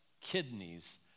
kidneys